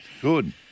Good